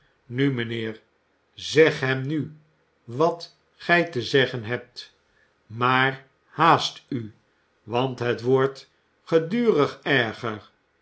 nu mijnheer zeg hem nu wat gij te zeggen hebt maar haast u want het wordt gedurig erger